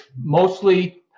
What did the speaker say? mostly